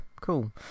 cool